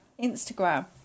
Instagram